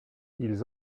ils